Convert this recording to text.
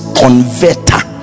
converter